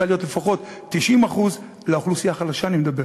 להיות לפחות 90% לאוכלוסייה החלשה אני מדבר.